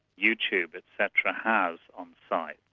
youtube, etc. has on sites.